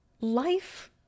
life